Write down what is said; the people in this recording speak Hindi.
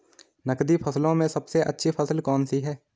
नकदी फसलों में सबसे अच्छी फसल कौन सी है?